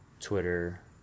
Twitter